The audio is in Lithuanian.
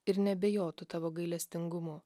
ir neabejotų tavo gailestingumu